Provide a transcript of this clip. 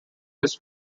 his